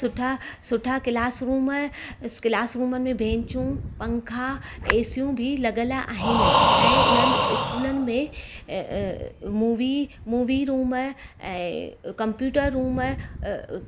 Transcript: सुठा सुठा class room class room में बेंचू पंखा एसियूं बि लॻियलु आहिनि ऐं इन्हनि स्कूलनि में अ अ मूवी मूवी रूम ऐं कम्प्यूटर रुम अ